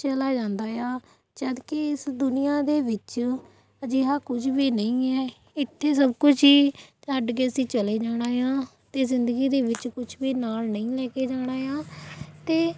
ਚਲਾ ਜਾਂਦਾ ਆ ਜਦਕਿ ਇਸ ਦੁਨੀਆਂ ਦੇ ਵਿੱਚ ਅਜਿਹਾ ਕੁਝ ਵੀ ਨਹੀਂ ਹੈ ਇੱਥੇ ਸਭ ਕੁਝ ਹੀ ਛੱਡ ਕੇ ਅਸੀਂ ਚਲੇ ਜਾਣਾ ਆ ਅਤੇ ਜ਼ਿੰਦਗੀ ਦੇ ਵਿੱਚ ਕੁਝ ਵੀ ਨਾਲ ਨਹੀਂ ਲੈ ਕੇ ਜਾਣਾ ਆ ਅਤੇ